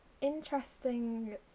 Interesting